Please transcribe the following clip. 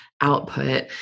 output